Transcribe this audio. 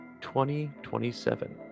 2027